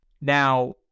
Now